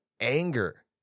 anger